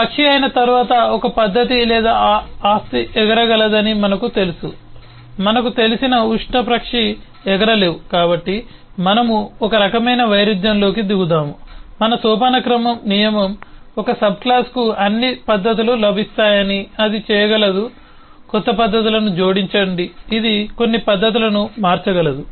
పక్షి అయిన తరువాత ఒక పద్ధతి లేదా ఆస్తి ఎగరగలదని మనకు తెలుసు మనకు తెలిసిన ఉష్ట్రపక్షి ఎగరలేవు కాబట్టి మనము ఒక రకమైన వైరుధ్యంలోకి దిగుతాము మన సోపానక్రమం నియమం ఒక సబ్క్లాస్కు అన్ని పద్ధతులు లభిస్తాయని అది చేయగలదు క్రొత్త పద్ధతులను జోడించండి ఇది కొన్ని పద్ధతులను మార్చగలదు